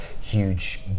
huge